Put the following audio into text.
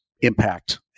impact